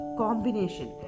combination